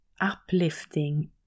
uplifting